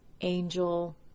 Angel